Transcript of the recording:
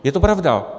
Je to pravda.